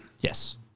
Yes